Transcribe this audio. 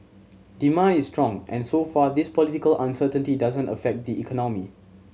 demand is strong and so far this political uncertainty doesn't affect the economy